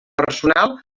personal